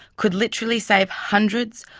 could literally save hundreds,